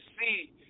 see